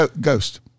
ghost